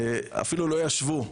אפילו לא ישוו,